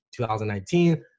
2019